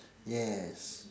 yes